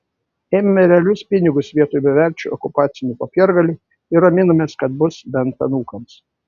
ėmėme realius pinigus vietoj beverčių okupacinių popiergalių ir raminomės kad bus bent anūkams